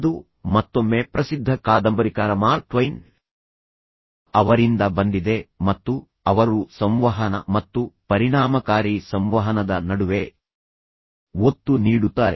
ಅದು ಮತ್ತೊಮ್ಮೆ ಪ್ರಸಿದ್ಧ ಕಾದಂಬರಿಕಾರ ಮಾರ್ಕ್ ಟ್ವೈನ್ ಅವರಿಂದ ಬಂದಿದೆ ಮತ್ತು ಅವರು ಸಂವಹನ ಮತ್ತು ಪರಿಣಾಮಕಾರಿ ಸಂವಹನದ ನಡುವೆ ಒತ್ತು ನೀಡುತ್ತಾರೆ